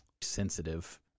sensitive